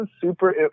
super